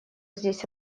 здесь